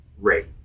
rate